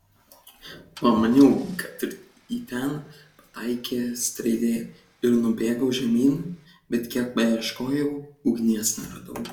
pamaniau kad ir į ten pataikė strėlė ir nubėgau žemyn bet kiek beieškojau ugnies neradau